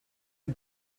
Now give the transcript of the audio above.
are